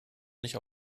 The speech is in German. nicht